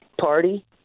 party